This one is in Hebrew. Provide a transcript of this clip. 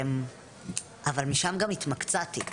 אבל משם גם התמקצעתי.